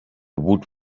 woot